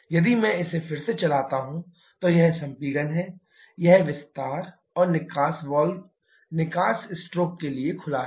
यदि मैं इसे फिर से चलाता हूं तो यह संपीड़न है यह विस्तार और निकास वाल्व निकास स्ट्रोक के लिए खुला है